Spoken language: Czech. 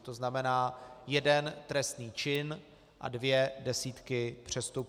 To znamená jeden trestný čin a dvě desítky přestupků.